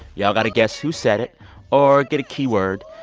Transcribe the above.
y'all got to guess who said it or get a keyword,